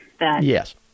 Yes